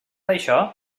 això